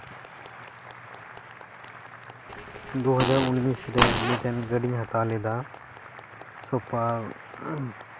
ᱫᱩ ᱦᱟᱡᱟᱨ ᱩᱱᱤᱥ ᱨᱮ ᱢᱤᱫᱴᱮᱱ ᱜᱟᱹᱰᱤᱧ ᱦᱟᱛᱟᱣ ᱞᱮᱫᱟ ᱥᱩᱯᱟᱨ